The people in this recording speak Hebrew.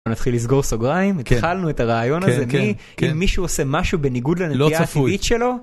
מתחיל לסגור סוגריים התחלנו את הרעיון הזה (כן, כן) אם מישהו עושה משהו בניגוד לנטייה הטבעית שלו.